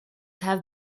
have